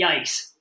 Yikes